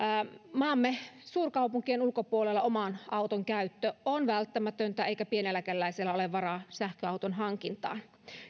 maamme suurkaupunkien ulkopuolella oman auton käyttö on välttämätöntä eikä pieneläkeläisellä ole varaa sähköauton hankintaan